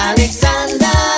Alexander